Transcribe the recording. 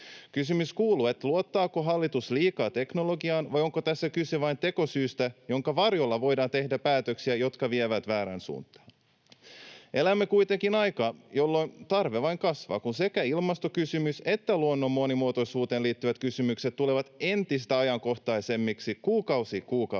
Kysymys kuuluu, luottaako hallitus liikaa teknologiaan, vai onko tässä kyse vain tekosyystä, jonka varjolla voidaan tehdä päätöksiä, jotka vievät väärään suuntaan. Elämme kuitenkin aikaa, jolloin tarve vain kasvaa, kun sekä ilmastokysymys että luonnon monimuotoisuuteen liittyvät kysymykset tulevat entistä ajankohtaisemmiksi kuukausi kuukaudelta.